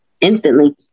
instantly